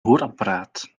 hoorapparaat